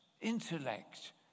intellect